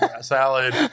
Salad